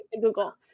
Google